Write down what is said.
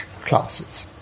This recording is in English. classes